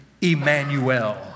Emmanuel